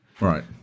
Right